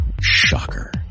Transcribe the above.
Shocker